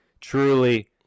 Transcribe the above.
truly